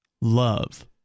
love